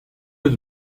eus